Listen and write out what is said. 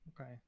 Okay